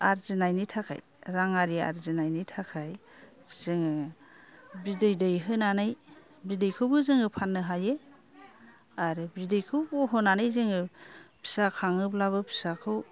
आरजिनायनि थाखाय रां आरि आरजिनायनि थाखाय जोङो बिदै दैहोनानै बिदैखौबो जोङो फाननो हायो आरो बिदैखौ ग'होनानै जोङो फिसा खाङोब्लाबो फिसाखौ